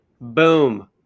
boom